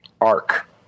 arc